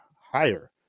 higher